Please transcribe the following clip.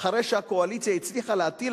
אחרי שהקואליציה הצליחה להטיל,